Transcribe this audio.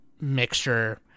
mixture